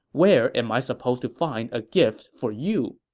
where am i supposed to find a gift for you?